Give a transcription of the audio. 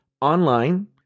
online